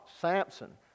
Samson